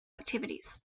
activities